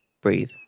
Breathe